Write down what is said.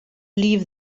leave